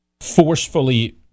forcefully